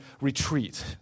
retreat